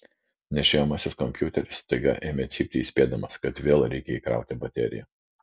nešiojamasis kompiuteris staiga ėmė cypti įspėdamas kad vėl reikia įkrauti bateriją